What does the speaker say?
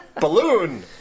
Balloon